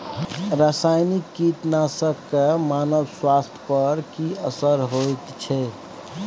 रसायनिक कीटनासक के मानव स्वास्थ्य पर की असर होयत छै?